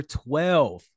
twelve